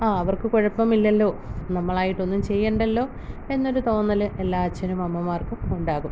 ആ അവർക്ക് കുഴപ്പമില്ലല്ലോ നമ്മളായിട്ടൊന്നും ചെയ്യണ്ടല്ലോ എന്നൊരു തോന്നല് എല്ലാ അച്ഛനും അമ്മമാർക്കും ഉണ്ടാകും